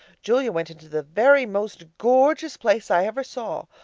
julia went into the very most gorgeous place i ever saw,